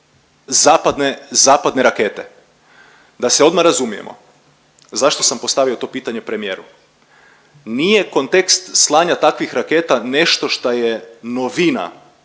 zapadne rakete. Da se odmah razumijemo, zašto sam postavio to pitanje premijeru? Nije kontekst slanja takvih raketa nešto što je novina